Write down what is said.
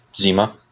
Zima